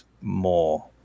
more